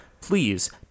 please